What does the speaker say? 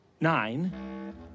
nine